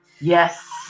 Yes